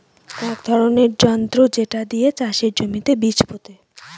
এক ধরনের যন্ত্র যেটা দিয়ে চাষের জমিতে বীজ পোতে